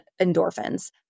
endorphins